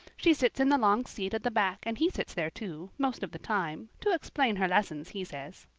she sits in the long seat at the back and he sits there, too, most of the time to explain her lessons, he says.